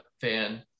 fan